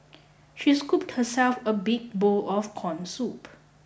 she scooped herself a big bowl of corn soup